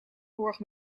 borg